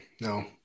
No